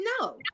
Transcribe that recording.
No